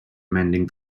mending